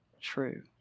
true